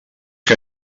que